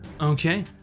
Okay